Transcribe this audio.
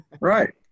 Right